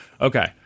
Okay